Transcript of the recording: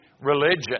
religion